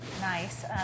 nice